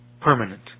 permanent